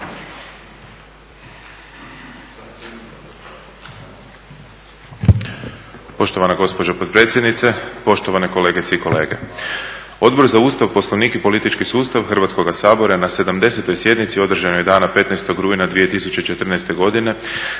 Poštovana gospođo potpredsjednice, poštovane kolegice i kolege. Odbor za Ustav, Poslovnik i politički sustav Hrvatskoga sabora na 70. sjednici održanoj dana 15. rujna 2014. godine